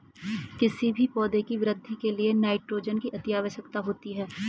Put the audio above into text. किसी भी पौधे की वृद्धि के लिए नाइट्रोजन अति आवश्यक होता है